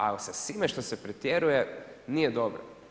Ali sa svime što se pretjeruje nije dobro.